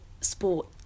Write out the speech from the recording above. sport